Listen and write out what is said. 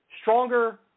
stronger